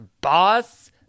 boss